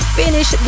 finish